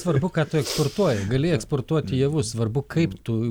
svarbu kad eksportuoja gali eksportuoti javus svarbu kaip tu